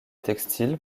textile